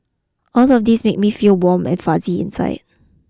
all of these make me feel warm and fuzzy inside